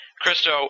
Christo